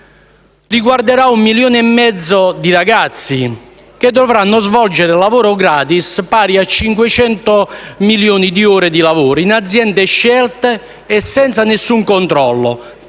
Riguarderà un milione e mezzo di ragazzi, che dovranno svolgere lavoro gratis, pari a 500 milioni di ore di lavoro, in aziende scelte e senza nessun controllo,